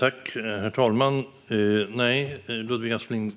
Herr talman! Nej, Ludvig Aspling,